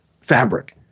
fabric